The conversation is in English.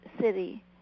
city